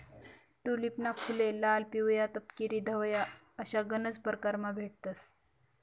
टूलिपना फुले लाल, पिवया, तपकिरी, धवया अशा गनज परकारमा भेटतंस